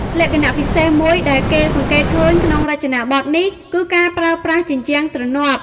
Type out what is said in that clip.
លក្ខណៈពិសេសមួយដែលគេសង្កេតឃើញក្នុងរចនាបថនេះ គឺការប្រើប្រាស់ ជញ្ជាំងទ្រនាប់។